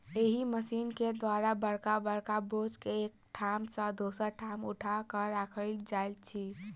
एहि मशीन के द्वारा बड़का बड़का बोझ के एक ठाम सॅ दोसर ठाम उठा क राखल जाइत अछि